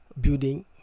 building